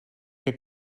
que